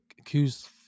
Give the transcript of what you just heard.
accused